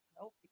nope